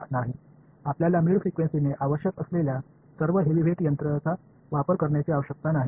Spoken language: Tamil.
நடு இடைநிலை அதிர்வெண்ணுக்கு தேவைப்படும் அனைத்து ஹெவிவெயிட் இயந்திரங்களையும் நீங்கள் பயன்படுத்த வேண்டியதில்லை